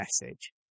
message